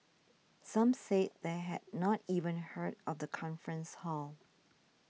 some said they had not even heard of the conference hall